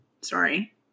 Sorry